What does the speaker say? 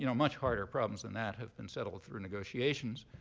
you know much harder problems than that have been settled through negotiations.